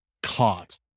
Caught